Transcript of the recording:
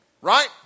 right